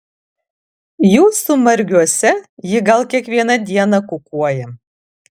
jūsų margiuose ji gal kiekvieną dieną kukuoja